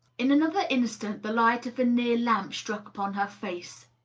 in another instant the light of a near lamp struck upon her face.